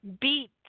beat